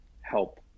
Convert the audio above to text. help